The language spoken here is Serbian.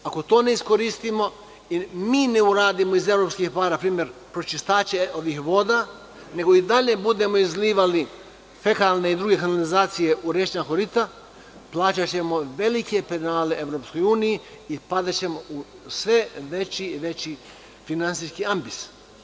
Ako to ne iskoristimo i ne uradimo iz evropskih para, npr. pročistaće ovih voda, nego i dalje budemo izlivali fekalne i druge kanalizacije u rečna korita, plaćaćemo velike penale EU i padaćemo u sve veći i veći finansijski ambis.